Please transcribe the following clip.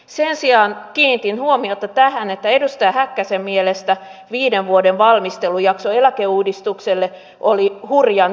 sen sijaan kiinnitin huomiota tähän että edustaja häkkäsen mielestä viiden vuoden valmistelujakso eläkeuudistukselle oli hurjan pitkä